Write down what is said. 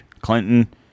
Clinton